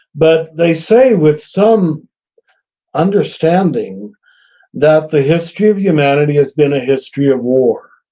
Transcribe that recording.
but they say with some understanding that the history of humanity has been a history of war.